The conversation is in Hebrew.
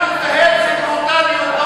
סליחה, סליחה, ואלימות פיזית.